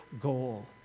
goal